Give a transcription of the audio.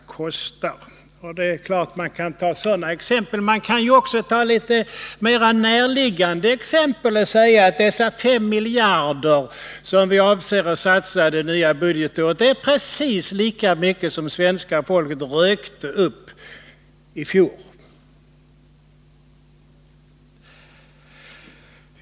Och det är klart att man kan ta sådana exempel. Man kan också ta litet mer närliggande exempel och säga att de 5 miljarder som vi avser att satsa på bistånd under det nya budgetåret är precis lika mycket som svenska folket rökte upp i fjol.